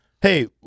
hey